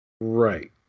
right